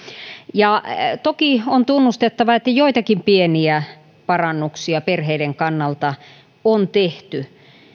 ja toki on tunnustettava että joitakin pieniä parannuksia perheiden kannalta on tehty